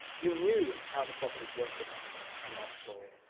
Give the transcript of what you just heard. you knew how the properties worked a bit in that story.